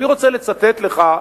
אני רוצה לצטט לך,